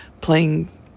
playing